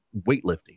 weightlifting